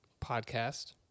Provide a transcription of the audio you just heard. podcast